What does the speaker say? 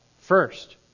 first